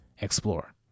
explore